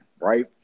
right